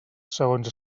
segons